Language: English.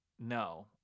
no